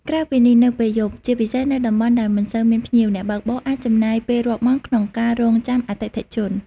ក្រៅពីនេះ នៅពេលយប់ ជាពិសេសនៅតំបន់ដែលមិនសូវមានភ្ញៀវ អ្នកបើកបរអាចចំណាយពេលរាប់ម៉ោងក្នុងការ រង់ចាំអតិថិជន។